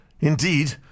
Indeed